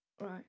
Right